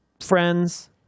friends